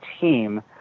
team